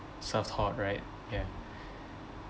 served hot right yeah